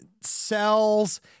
cells